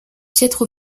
piètre